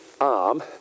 arm